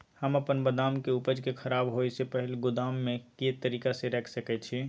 हम अपन बदाम के उपज के खराब होय से पहिल गोदाम में के तरीका से रैख सके छी?